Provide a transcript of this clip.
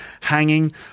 hanging